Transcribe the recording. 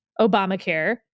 Obamacare